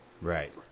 Right